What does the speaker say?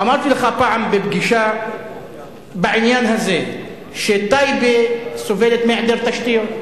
אמרתי לך פעם בפגישה בעניין הזה שטייבה סובלת מהיעדר תשתיות.